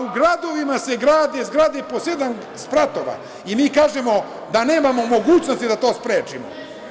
A u gradovima se grade zgrade po sedam spratova i mi kažemo da nemamo mogućnosti da to sprečimo.